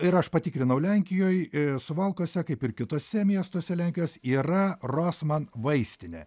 ir aš patikrinau lenkijoj suvalkuose kaip ir kituose miestuose lenkijos yra rosman vaistinė